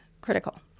critical